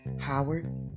Howard